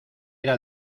era